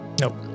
Nope